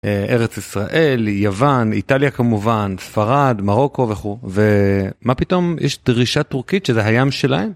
אה... ארץ ישראל, יוון, איטליה כמובן, ספרד, מרוקו, וכו'. ו...מה פתאום יש דרישה טורקית שזה הים שלהם?